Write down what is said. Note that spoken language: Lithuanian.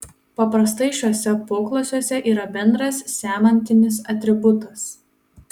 paprastai šiuose poklasiuose yra bendras semantinis atributas